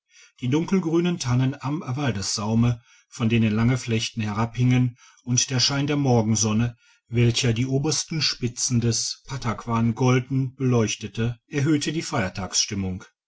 die dunkelgrünen tannen am waldessaume von denen lange flechten herabhingen und der schein der morgensonne welcher die obersten spitzen des pattakwan golden beleuchtete erhöhte die